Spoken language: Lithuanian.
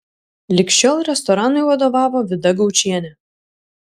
lig šiol restoranui vadovavo vida gaučienė